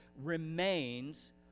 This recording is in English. remains